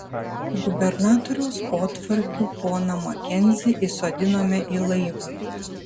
gubernatoriaus potvarkiu poną makenzį įsodinome į laivą